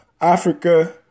Africa